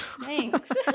Thanks